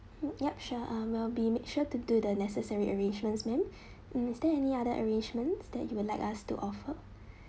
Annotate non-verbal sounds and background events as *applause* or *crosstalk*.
mm yup sure uh will be make sure to do the necessary arrangements ma'am *breath* is there any other arrangements that you would like us to offer